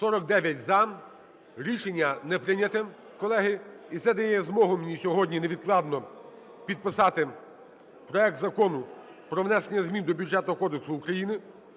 За-49 Рішення не прийнято. Колеги, і це дає змогу мені сьогодні невідкладно підписати проект Закону про внесення змін до Бюджетного кодексу України